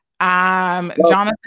Jonathan